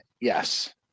Yes